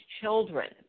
children